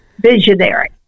visionary